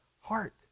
heart